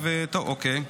הוא נכתב, טוב, אוקיי.